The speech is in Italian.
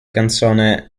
canzone